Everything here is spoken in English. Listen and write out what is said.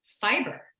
fiber